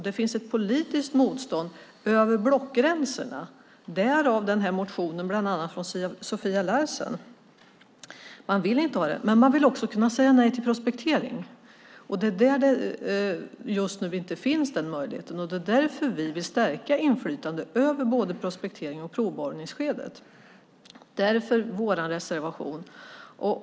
Det finns ett politiskt motstånd över blockgränserna - därav motionen från Sofia Larsen. Man vill också kunna säga nej till prospektering. Där finns just nu inte möjligheten. Det är därför vi vill stärka inflytandet över både prospekterings och provborrningsskedet. Därför har vi reserverat oss.